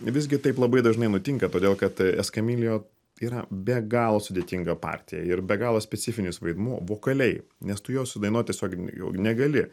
visgi taip labai dažnai nutinka todėl kad eskamilijo yra be galo sudėtinga partija ir be galo specifinis vaidmuo vokaliai nes tu jo sudainuot tiesiog negali